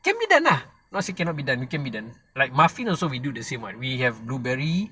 can be done lah not say cannot be done it can be done like muffin also we do the same [what] we have blueberry